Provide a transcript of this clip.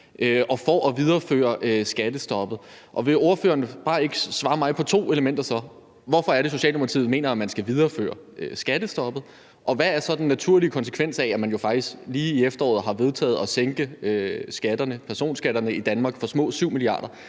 og for at videreføre skattestoppet. Vil ordføreren så ikke bare svare mig på to ting. Hvorfor er det, Socialdemokratiet mener, at man skal videreføre skattestoppet, og hvad er så den naturlige konsekvens af, at man faktisk lige i efteråret har vedtaget at sænke personskatterne i Danmark for små 7 mia. kr.?